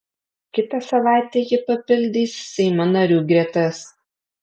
kitą savaitę ji papildys seimo narių gretas